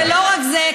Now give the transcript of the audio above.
ולא רק זה,